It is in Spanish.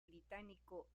británico